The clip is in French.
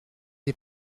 des